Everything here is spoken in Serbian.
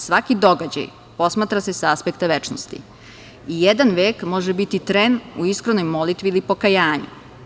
Svaki događaj posmatra se sa aspekta večnosti i jedan vek može biti tren u iskrenoj molitvi ili pokajanju.